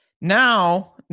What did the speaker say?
Now